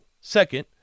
Second